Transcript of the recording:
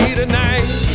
tonight